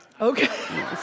Okay